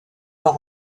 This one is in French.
leur